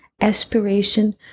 aspiration